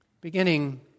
beginning